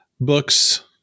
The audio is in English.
books